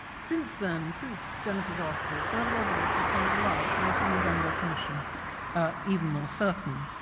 since then, since jennifer's article, further evidence has come to light making the bembo commission even more certain.